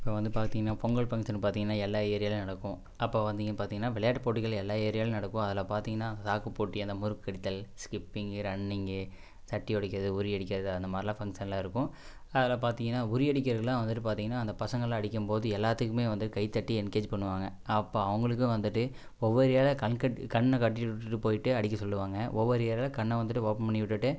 இப்போ வந்து பார்த்தீங்கன்னா பொங்கல் பங்க்ஷனு பார்த்தீங்கன்னா எல்லா ஏரியாலையும் நடக்கும் அப்போ வந்தீங்க பார்த்தீங்கன்னா விளையாட்டு போட்டிகள் எல்லா எரியாலையும் நடக்கும் அதில் பார்த்தீங்கன்னா சாக்கு போட்டி அந்த முறுக்கு கடித்தல் ஸ்கிப்பிங்கு ரன்னிங்கு சட்டி உடைக்கிறது உறி அடிக்கிறது அந்த மாதிரிலாம் ஃபங்க்ஷன்லாம் இருக்கும் அதில் பார்த்தீங்கன்னா உறி அடிக்கிறதுலாம் வந்துகிட்டு பார்த்தீங்கன்னா அந்த பசங்கள்லாம் அடிக்கும்போது எல்லாத்துக்குமே வந்து கைத்தட்டி என்கரேஜ் பண்ணுவாங்கள் அப்போ அவங்களுக்கும் வந்துகிட்டு ஒவ்வொரு ஏரியாவில் கண் கட் கண்ணை கட்டி விட்டுட்டு போயிட்டு அடிக்க சொல்லுவாங்கள் ஒவ்வொரு எரியாவில் கண்ணை வந்துட்டு ஓபன் பண்ணி விட்டுட்டு